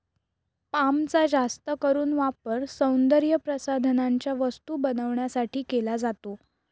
पामचा जास्त करून वापर सौंदर्यप्रसाधनांच्या वस्तू बनवण्यासाठी केला जातो